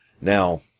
Now